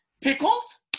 Pickles